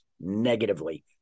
negatively